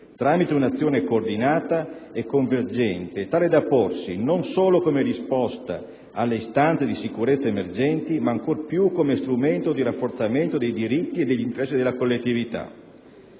tramite un'azione coordinata e convergente, tale da porsi non solo come risposta alle istanze di sicurezza emergenti ma ancor più come strumento di rafforzamento dei diritti e degli interessi della collettività.